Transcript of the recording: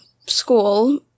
school